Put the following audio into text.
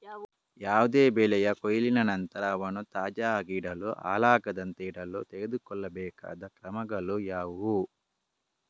ಯಾವುದೇ ಬೆಳೆಯ ಕೊಯ್ಲಿನ ನಂತರ ಅವನ್ನು ತಾಜಾ ಆಗಿಡಲು, ಹಾಳಾಗದಂತೆ ಇಡಲು ತೆಗೆದುಕೊಳ್ಳಬೇಕಾದ ಕ್ರಮಗಳು ಯಾವುವು?